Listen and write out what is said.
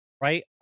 right